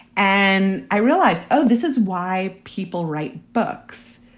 and i realized, oh, this is why people write books,